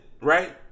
right